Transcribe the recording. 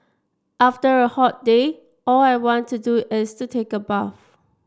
after a hot day all I want to do is to take a bath